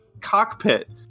cockpit